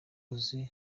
uzi